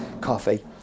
coffee